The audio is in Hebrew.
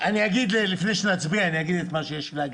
אני אגיד את מה שיש לי להגיד.